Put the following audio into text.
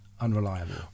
unreliable